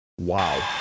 Wow